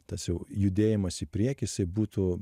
tas jau judėjimas į priekį jisai būtų